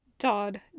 Dodd